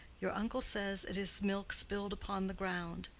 your uncle says it is milk spilled upon the ground.